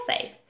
safe